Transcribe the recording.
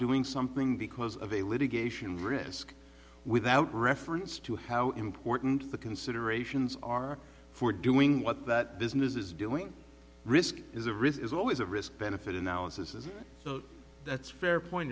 doing something because of a litigation risk without reference to how important the considerations are for doing what that business is doing risk is a risk is always a risk benefit analysis is that's fair point